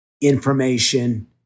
information